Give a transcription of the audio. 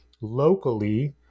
locally